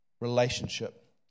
relationship